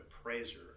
appraiser